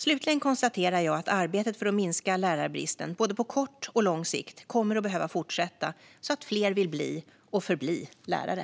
Slutligen konstaterar jag att arbetet för att minska lärarbristen, på både kort och lång sikt, kommer att behöva fortsätta, så att fler vill bli och förbli lärare.